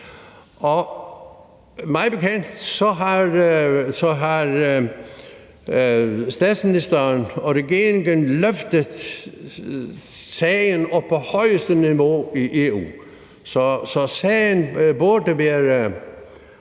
og mig bekendt har statsministeren og regeringen løftet sagen op på højeste niveau i EU, så sagen burde være